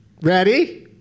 Ready